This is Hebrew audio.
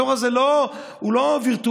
התור הזה הוא לא וירטואלי,